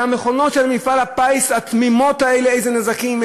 מהמכונות של מפעל הפיס, התמימות האלה, איזה נזקים.